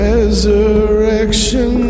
Resurrection